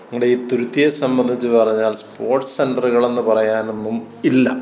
നമ്മുടെ ഈ തുരുത്തിയെ സംബന്ധിച്ച് പറഞ്ഞാൽ സ്പോർട്സ് സെന്ററുകൾ എന്ന് പറയാനൊന്നും ഇല്ല